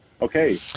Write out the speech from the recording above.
okay